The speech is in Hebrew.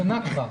שנה כבר.